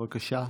בבקשה.